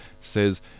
says